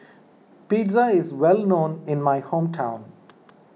Pizza is well known in my hometown